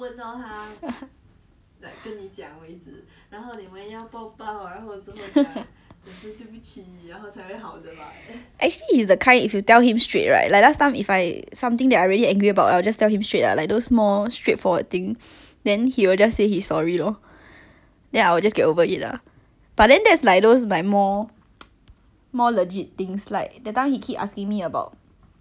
actually he's the kind if you tell him straight right like last time if I something that I really angry about I'll just tell him straight lah like those more straightforward thing then he will just say he's sorry lor then I will just get over it lah but then that's like those like more more legit things like that time he keep asking me about like some social stuff like he already asked to the point is like might as well I just do the whole assignment for you then I got wear tilted cause like I'm not the kind that 很喜欢